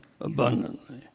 abundantly